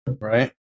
Right